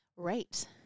Right